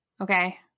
okay